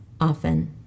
often